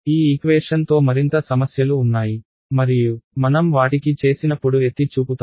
ఈ ఈక్వేషన్ తో మరింత సమస్యలు ఉన్నాయి మరియు మనం వాటికి చేసినప్పుడు ఎత్తి చూపుతాము